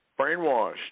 brainwashed